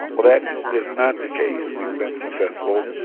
well, that is not the case. we've been successful,